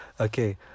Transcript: Okay